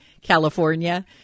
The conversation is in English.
California